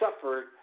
suffered